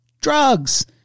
drugs